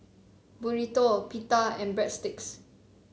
Burrito Pita and Breadsticks